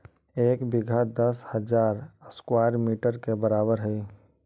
एक बीघा दस हजार स्क्वायर मीटर के बराबर हई